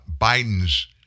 Biden's